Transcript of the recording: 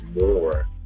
more